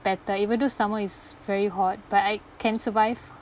better even though summer is very hot but I can survive